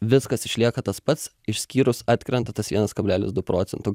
viskas išlieka tas pats išskyrus atkrenta tas vienas kablelis du procento